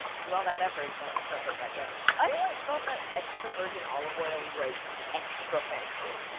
and through all that effort, but i'm just gonna put it back there. i always felt that extra virgin olive oil was extra fancy.